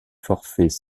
forfaits